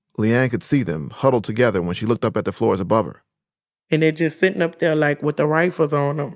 le-ann could see them huddled together when she looked up at the floors above her and they just sitting up there, like, with the rifles on them.